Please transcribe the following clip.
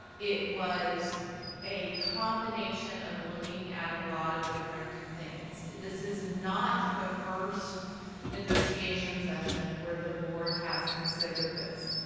it was a combination of looking at a lot of different things. this is not the first negotiation session where the board has considered this.